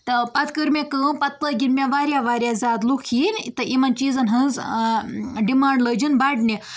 تہٕ پَتہٕ کٔر مےٚ کٲم پَتہٕ لٲگِن مےٚ واریاہ واریاہ زیادٕ لُکھ یِنۍ تہٕ یِمن چیٖزَن ہٕنٛز ڈِمانٛڈ لٲجِن بَڈنہِ